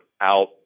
out